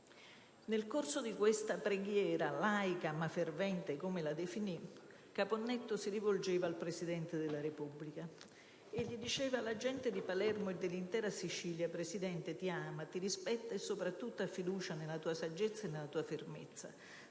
Nel corso di questa preghiera, laica, ma fervente (come la definì), Caponnetto si rivolgeva al Presidente della Repubblica e gli diceva: «La gente di Palermo e dell'intera Sicilia, Presidente, ti ama, ti rispetta e, soprattutto, ha fiducia nella tua saggezza e nella tua fermezza.